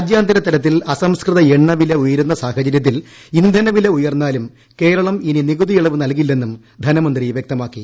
രാജ്യാന്തര തലത്തിൽ അസംസ്കൃത എണ്ണവില ഉയരുന്ന സാഹചര്യത്തിൽ ഇന്ധനവില ഉയർന്നാലും കേരളം ഇനി നികുതിയിളവ് നൽകില്ലെന്നും ധനമന്ത്രി വൃക്തമാക്കി